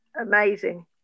Amazing